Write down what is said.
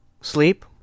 Sleep